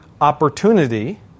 opportunity